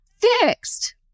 fixed